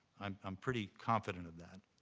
i'm i'm pretty confident of that.